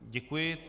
Děkuji.